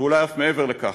ואולי אף מעבר לכך.